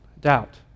doubt